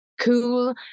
cool